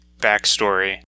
backstory